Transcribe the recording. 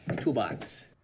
toolbox